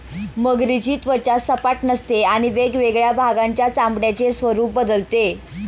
मगरीची त्वचा सपाट नसते आणि वेगवेगळ्या भागांच्या चामड्याचे स्वरूप बदलते